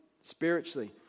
spiritually